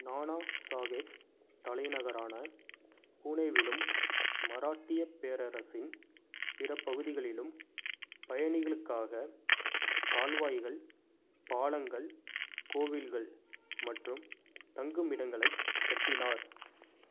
நானாசாஹேப் தலைநகரான புனேவிலும் மராட்டியப் பேரரசின் பிற பகுதிகளிலும் பயணிகளுக்காக கால்வாய்கள் பாலங்கள் கோவில்கள் மற்றும் தங்குமிடங்களை கட்டினார்